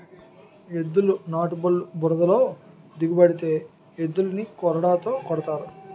ఎద్దుల నాటుబల్లు బురదలో దిగబడితే ఎద్దులని కొరడాతో కొడతారు